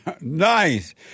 Nice